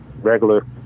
regular